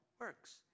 works